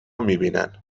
میبینن